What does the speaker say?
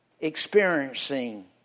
experiencing